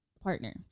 partner